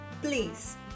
Please